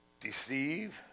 deceive